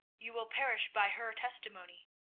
you will perish by her testimony.